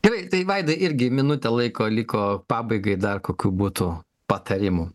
gerai tai vaida irgi minutė laiko liko pabaigai dar kokių būtų patarimų